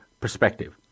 perspective